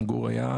גם גור היה,